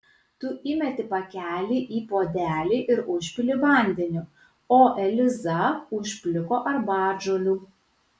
tu įmeti pakelį į puodelį ir užpili vandeniu o eliza užpliko arbatžolių